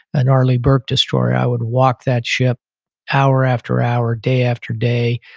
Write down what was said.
a gnarly burke destroyer. i would walk that ship hour after hour, day after day.